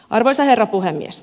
arvoisa herra puhemies